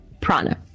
prana